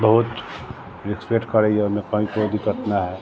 बहुत रिस्पेक्ट करैए ओइमे कहीं कोइ दिक्कत नहि है